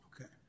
Okay